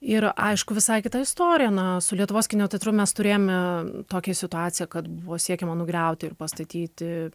ir aišku visai kita istorija na su lietuvos kino teatru mes turėjome tokią situaciją kad buvo siekiama nugriauti ir pastatyti